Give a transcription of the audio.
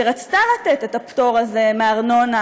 שרצתה לתת את הפטור הזה מארנונה